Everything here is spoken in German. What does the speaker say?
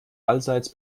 allseits